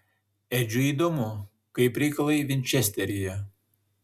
edžiui įdomu kaip reikalai vinčesteryje